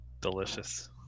Delicious